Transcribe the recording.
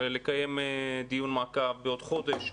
לקיים דיון מעקב בעוד חודש,